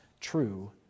true